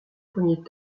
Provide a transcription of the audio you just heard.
premiers